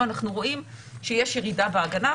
ואנחנו רואים שיש ירידה בהגנה,